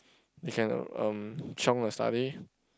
they can um chiong their study